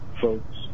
folks